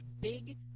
big